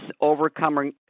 overcoming